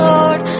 Lord